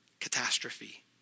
Catastrophe